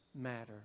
matter